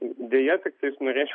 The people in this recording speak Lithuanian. deja tiktais norėčiau